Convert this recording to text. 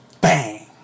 Bang